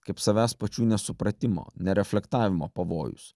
kaip savęs pačių nesupratimo ne reflektavimo pavojus